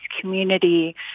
community